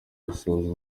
gusoza